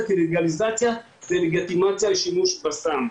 כי לגליזציה זו לגיטימציה לשימוש בסם.